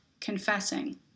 confessing